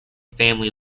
family